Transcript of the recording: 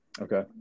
Okay